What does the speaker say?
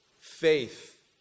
faith